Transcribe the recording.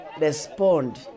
respond